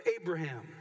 Abraham